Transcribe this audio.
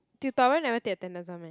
tutorial never take attendance [one] meh